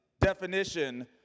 definition